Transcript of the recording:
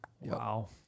Wow